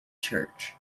church